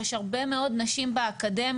יש הרבה מאוד נשים באקדמיה.